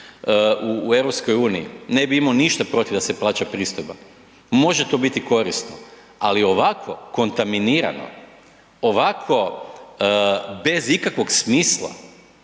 u EU, ne bi imao ništa protiv da se plaća pristojba, može to biti korisno, ali ovako kontaminirano, ovako bez ikakvog smisla,